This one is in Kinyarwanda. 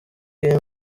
riri